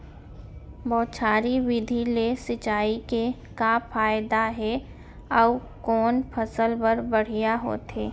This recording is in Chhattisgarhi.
बौछारी विधि ले सिंचाई के का फायदा हे अऊ कोन फसल बर बढ़िया होथे?